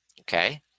okay